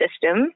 system